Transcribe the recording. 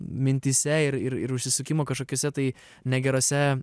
mintyse ir užsisukimą kažkokiose tai negeruose